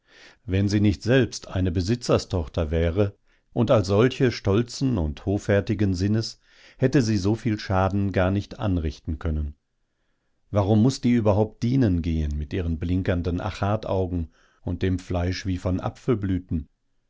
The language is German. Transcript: wenn sie nicht selbst eine besitzerstochter wäre und als solche stolzen und hoffärtigen sinnes hätte sie so viel schaden gar nicht anrichten können warum muß die überhaupt dienen gehen mit ihren blinkernden achataugen und dem fleisch wie von